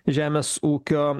žemės ūkio